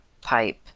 pipe